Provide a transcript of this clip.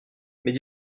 mais